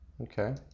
okay